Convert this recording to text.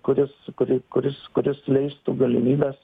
kuris kuri kuris kuris leistų galimybes